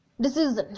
decision